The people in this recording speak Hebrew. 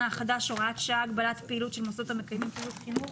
החדש (הוראת שעה) (הגבלת פעילות של מוסדות המקיימים פעילות חינוך